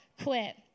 quit